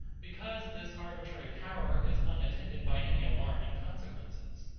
because this arbitrary power is unattended by any alarming consequences.